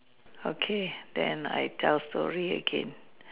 okay then I tell story again